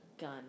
gun